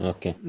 Okay